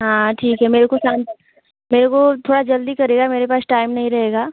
हाँ ठीक है मेरे को शाम मेरे को थोड़ा जल्दी करिएगा मेरे पास टाइम नहीं रहेगा